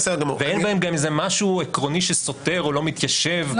ואין בהם גם איזה משהו עקרוני שסותר או לא מתיישב,